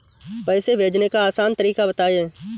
पैसे भेजने का आसान तरीका बताए?